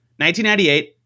1998